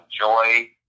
enjoy